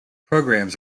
programs